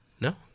No